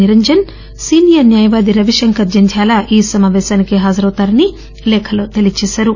Niranjan senior న్యాయవాది రవిశంకర్ జంధ్యాల ఈ సమాపేశానికి హాజరవుతారని లేఖలో తెలియజేశారు